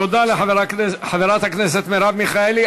תודה לחברת הכנסת מרב מיכאלי.